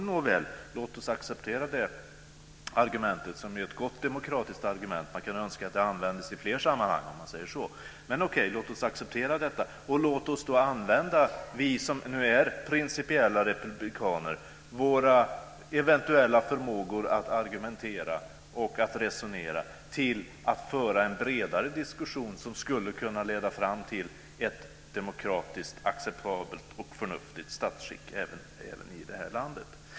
Nåväl, låt oss acceptera det argumentet, som ju är ett gott demokratiskt argument. Man kunde önska att det användes i fler sammanhang. Men okej, låt oss acceptera det och låt oss använda, vi som är principiella republikaner, våra eventuella förmågor att argumentera och att resonera till att föra en bredare diskussion son skulle kunna leda fram till ett demokratiskt acceptabelt och förnuftigt statsskick även i det här landet.